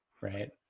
Right